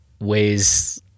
weighs